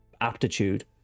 aptitude